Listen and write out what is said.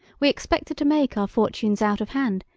we expected to make our fortunes out of hand,